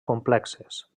complexes